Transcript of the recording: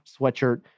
sweatshirt